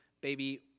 baby